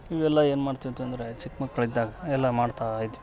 ಇವೆಲ್ಲ ಏನು ಮಾಡ್ತಿದ್ವಿ ಅಂದರೆ ಚಿಕ್ಕ ಮಕ್ಳು ಇದ್ದಾಗ ಎಲ್ಲ ಮಾಡ್ತಾಯಿದ್ವಿ